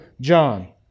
John